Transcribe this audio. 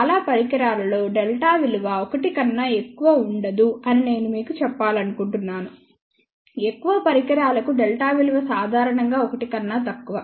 చాలా పరికరాల లో Δ విలువ 1 కన్నా ఎక్కువ ఉండదు అని నేను మీకు చెప్పాలనుకుంటున్నాను ఎక్కువ పరికరాలకు Δ విలువ సాధారణంగా 1 కన్నా తక్కువ